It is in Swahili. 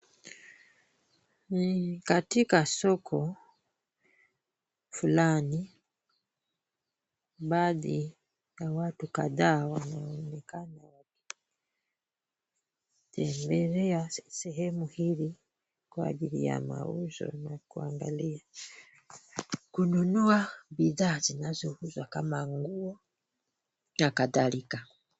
Ni katika soko fulani na baadhi ya watu kadhaa wanaonekana wakitembelea sehemu ka ajili ya mauzo na kuangalia kununua bidhaa zinazouzwa kama nguo na kadhalika.